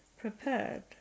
prepared